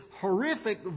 horrific